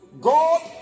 God